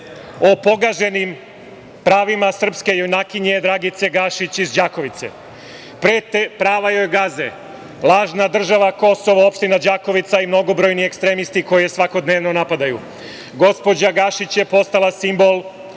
o pogaženim pravima srpske junakinje Dragice Gašić iz Đakovice. Prete, prava joj gaze lažna država Kosovo, opština Đakovica i mnogobrojni ekstremisti koji je svakodnevno napadaju. Gospođa Gašić je postala simbol